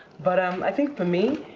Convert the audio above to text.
but um i think for me,